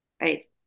right